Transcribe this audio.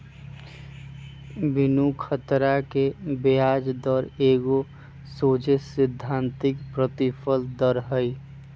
बिनु खतरा के ब्याज दर एगो सोझे सिद्धांतिक प्रतिफल दर हइ